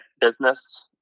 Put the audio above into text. business